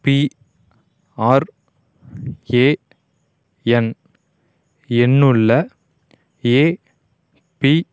PRAN எண்ணுள்ள AB